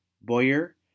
Boyer